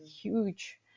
huge